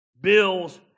Bills